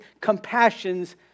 compassions